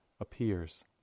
appears